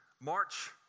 March